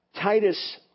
Titus